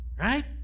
Right